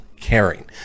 caring